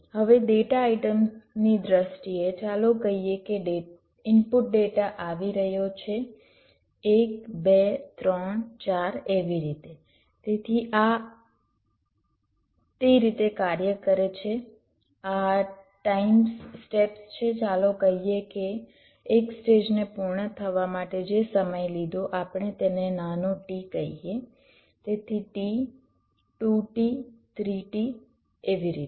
હવે ડેટા આઇટમની દ્રષ્ટિએ ચાલો કહીએ કે ઇનપુટ ડેટા આવી રહ્યો છે એક બે ત્રણ ચાર એવી રીતે તેથી તે આ રીતે કાર્ય કરે છે આ ટાઇમ્સ સ્ટેપ્સ છે ચાલો કહીએ કે એક સ્ટેજને પૂર્ણ થવા માટે જે સમય લીધો આપણે તેને નાનો t કહીએ તેથી t 2t 3t એવી રીતે